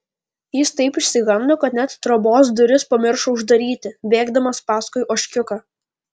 jis taip išsigando kad net trobos duris pamiršo uždaryti bėgdamas paskui ožkiuką